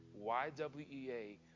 YWEA